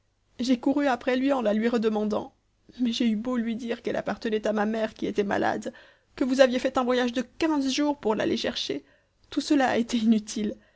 j'ai couru après lui en la lui redemandant mais j'ai eu beau lui dire qu'elle appartenait à ma mère qui était malade que vous aviez fait un voyage de quinze jours pour l'aller chercher tout cela a été inutile